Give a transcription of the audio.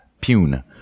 Pune